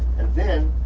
and then,